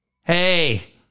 Hey